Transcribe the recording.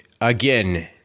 again